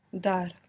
Dar